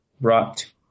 brought